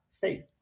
faith